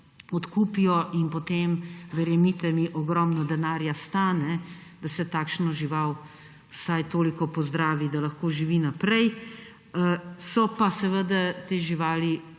odkupijo. In potem, verjemite mi, ogromno denarja stane, da se takšno žival vsaj toliko pozdravi, da lahko živi naprej. Seveda pa te živali